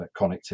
connectivity